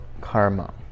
karma